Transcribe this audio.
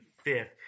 fifth